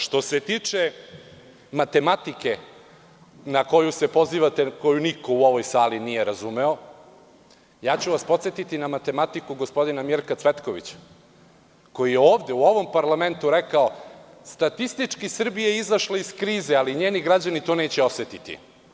Što se tiče matematike na koju se pozivate, koju niko u ovoj sali nije razumeo, podsetiću vas na matematiku gospodina Mirka Cvetkovića koji je ovde u ovom parlamentu rekao – statistički, Srbija je izašla iz krize ali njeni građani neće to osetiti.